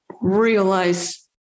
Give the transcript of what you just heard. realize